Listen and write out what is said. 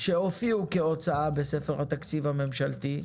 שהופיעו כהוצאה בספר התקציב הממשלתי.